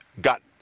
got